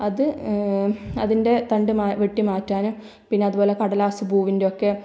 അത് അതിൻ്റെ തണ്ട് വെട്ടി മാറ്റാനും പിന്നെ അതുപോലെ കടലാസ് പൂവിൻ്റെ ഒക്കെ